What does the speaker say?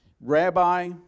Rabbi